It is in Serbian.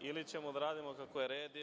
Ili ćemo da radimo kako je red,